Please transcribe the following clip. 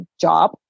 job